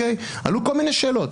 עלו כל מיני שאלות,